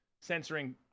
censoring